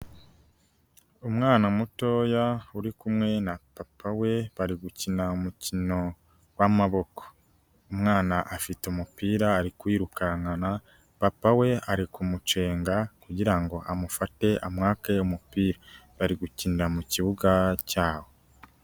Umwana mutoya uri kumwe na papa we bari gukina umukino w'amaboko. Umwana afite umupira ari kuwirukankana, papa we ari kumucenga kugira ngo amufate amwake umupira, bari gukinira mu kibuga cyawo.